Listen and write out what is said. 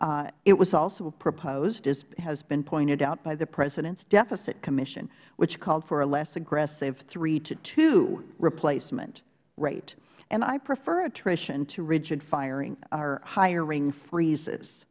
rate it was also proposed as has been pointed out by the president's deficit commission which called for a less aggressive three to two replacement rate and i prefer attrition to rigid firing or hiring freezes